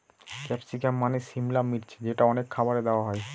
capsicum মানে সিমলা মির্চ যেটা অনেক খাবারে দেওয়া হয়